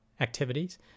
activities